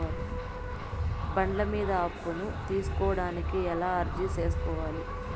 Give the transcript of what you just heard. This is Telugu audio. బండ్ల మీద అప్పును తీసుకోడానికి ఎలా అర్జీ సేసుకోవాలి?